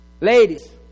Ladies